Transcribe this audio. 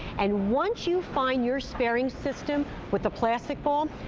and once you find your sparing system with the plastic ball,